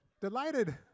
Delighted